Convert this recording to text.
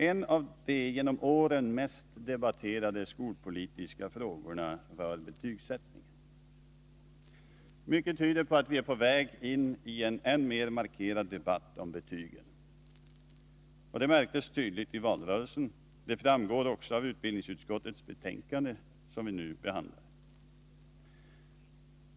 En av de genom åren mest debatterade skolpolitiska frågorna rör betygsättningen. Mycket tyder på att vi är på väg in i en än mer markerad debatt om betygen. Det märktes tydligt i valrörelsen. Det framgår också av utbildningsutskottets betänkande nr 4, som vi nu behandlar.